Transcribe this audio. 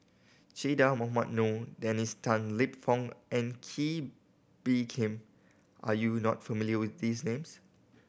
Che Dah Mohamed Noor Dennis Tan Lip Fong and Kee Bee Khim are you not familiar with these names